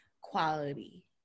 quality